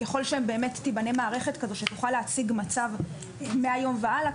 שבאמת תיבנה מערכת כזאת שתוכל להציג מצב מהיום והלאה,